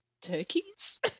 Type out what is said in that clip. turkeys